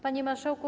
Panie Marszałku!